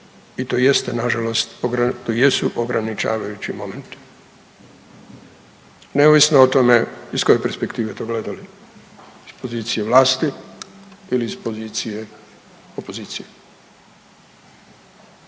i to jeste nažalost, to jesu ograničavajući momenti. Neovisno o tome iz koje perspektive to gledali. Iz pozicije vlasti ili iz pozicije opozicije.